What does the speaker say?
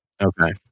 Okay